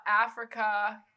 Africa